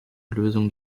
lösung